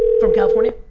from california?